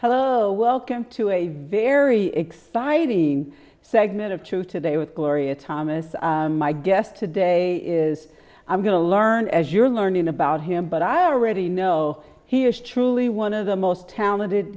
hello welcome to a very exciting segment of true today with gloria thomas my guest today is i'm going to learn as you're learning about him but i already know he is truly one of the most talented